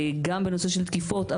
גם בנושא של תקיפות,